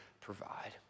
provide